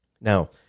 Now